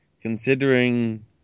considering